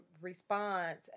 response